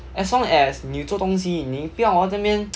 as long as 你有做东西你不要 hor 在那边